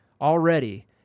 already